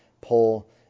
pull